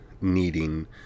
needing